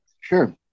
Sure